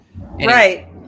Right